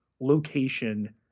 location